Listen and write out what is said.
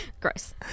Gross